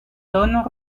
tonos